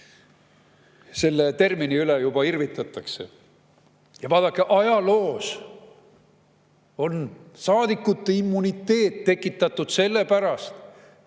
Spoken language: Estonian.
Selle termini üle juba irvitatakse. Vaadake, ajaloos on saadiku immuniteet tekitatud sellepärast,